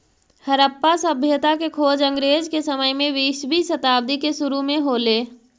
हड़प्पा सभ्यता के खोज अंग्रेज के समय में बीसवीं शताब्दी के सुरु में हो ले